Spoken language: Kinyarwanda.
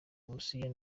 burusiya